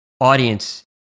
audience